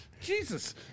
Jesus